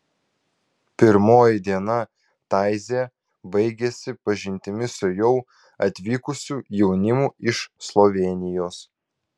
pirmoji diena taizė baigėsi pažintimi su jau atvykusiu jaunimu iš slovėnijos